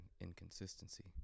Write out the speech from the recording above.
inconsistency